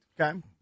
Okay